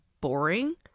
boring